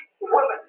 woman